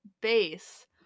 base